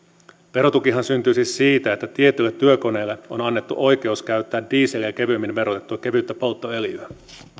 verotukihan syntyy siis siitä että tietyille työkoneille on annettu oikeus käyttää dieseliä kevyemmin verotettua kevyttä polttoöljyä